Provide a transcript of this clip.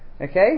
okay